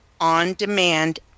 on-demand